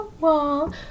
wall